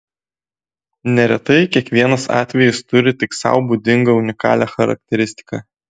neretai kiekvienas atvejis turi tik sau būdingą unikalią charakteristiką